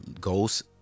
goes